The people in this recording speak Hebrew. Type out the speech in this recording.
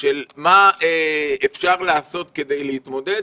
של מה אפשר לעשות כדי להתמודד,